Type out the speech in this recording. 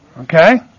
Okay